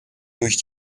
durch